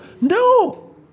No